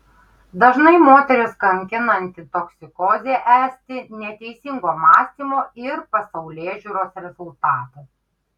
dažnai moteris kankinanti toksikozė esti neteisingo mąstymo ir pasaulėžiūros rezultatas